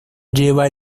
lleva